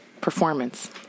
performance